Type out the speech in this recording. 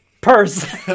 Purse